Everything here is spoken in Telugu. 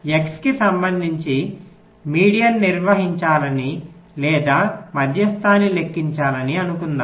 X కి సంబంధించి మధ్యస్థాన్ని నిర్వహించాలని లేదా మధ్యస్థాన్ని లెక్కించాలని అనుకుందాం